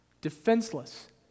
defenseless